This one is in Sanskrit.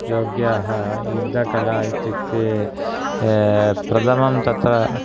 योग्याः युद्धकला इत्युक्ते प्रथमं तत्र